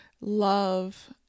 love